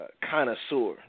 connoisseur